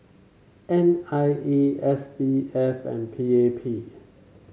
N I E S B F and P A P